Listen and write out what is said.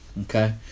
Okay